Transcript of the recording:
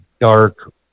dark